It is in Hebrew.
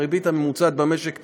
והריבית הממוצעת במשק נמוכה,